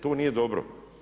To nije dobro.